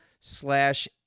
slash